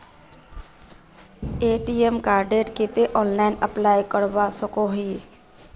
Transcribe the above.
ATM कार्डेर केते online apply करवा सकोहो ही?